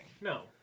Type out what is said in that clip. No